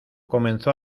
comenzó